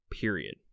period